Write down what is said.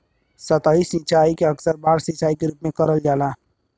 सतही सिंचाई के अक्सर बाढ़ सिंचाई के रूप में करल जाला